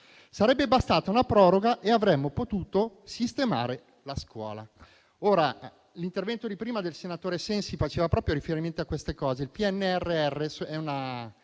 Sarebbe bastata una proroga e avremmo potuto sistemare la scuola. L'intervento precedente del senatore Sensi faceva proprio riferimento a questo. Il PNRR dà